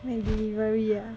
go and delivery ah